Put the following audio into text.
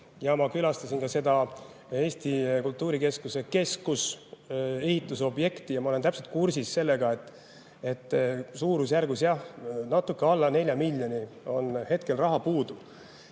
Ma külastasin ka Eesti kultuurikeskuse KESKUS ehitusobjekti ja ma olen täpselt kursis sellega, et suurusjärgus natuke alla 4 miljoni on hetkel raha puudu.